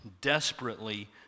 desperately